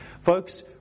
Folks